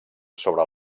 sobre